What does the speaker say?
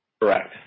Correct